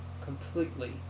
completely